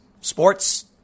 sports